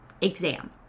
exam